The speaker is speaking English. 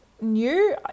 new